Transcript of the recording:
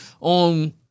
on